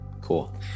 cool